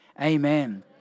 Amen